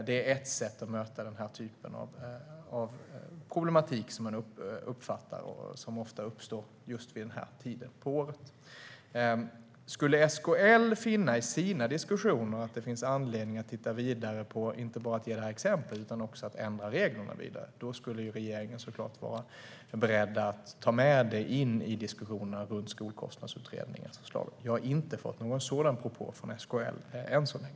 Det är ett sätt att möta den typen av problematik som ofta uppstår vid just den här tiden på året. Om SKL skulle finna att det finns anledning att inte bara ge några exempel utan att också ändra reglerna skulle regeringen såklart vara beredd att ta med det in i diskussionerna om Skolkostnadsutredningens förslag. Jag har inte fått någon sådan propå från SKL än så länge.